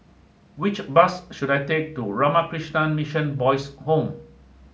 which bus should I take to Ramakrishna Mission Boys' home